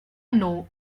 know